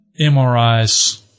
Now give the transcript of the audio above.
MRIs